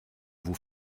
vous